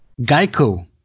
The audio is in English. Geico